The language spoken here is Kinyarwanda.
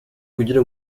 kugira